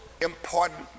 important